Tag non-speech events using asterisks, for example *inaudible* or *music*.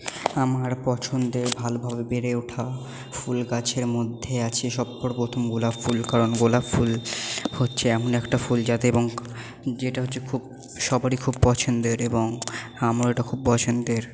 আমার পছন্দের ভালোভাবে বেড়ে ওঠা ফুল গাছের মধ্যে আছে *unintelligible* প্রথম গোলাপ ফুল কারণ গোলাপ ফুল হচ্ছে এমন একটা ফুল যাতে *unintelligible* যেটা হচ্ছে খুব সবারই খুব পছন্দের এবং আমারও ওটা খুব পছন্দের